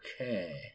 okay